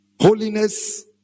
holiness